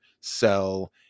sell